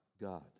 God